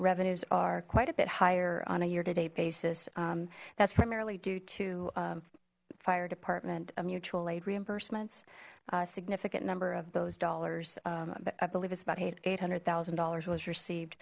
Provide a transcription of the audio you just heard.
revenues are quite a bit higher on a year to day basis that's primarily due to fire department of mutual aid reimbursements a significant number of those dollars i believe it's about eight hundred thousand dollars was received